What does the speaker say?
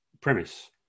premise